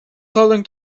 southern